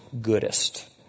goodest